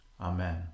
Amen